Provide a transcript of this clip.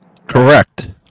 Correct